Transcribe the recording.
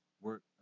work